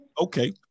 Okay